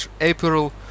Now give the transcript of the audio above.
April